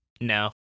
no